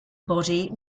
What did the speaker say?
body